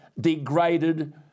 degraded